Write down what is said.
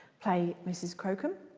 play mrs crocombe.